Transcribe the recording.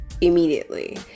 immediately